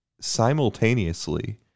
simultaneously